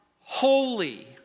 holy